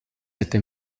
était